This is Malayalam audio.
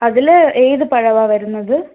അതിൽ ഏത് പഴമാ വരുന്നത്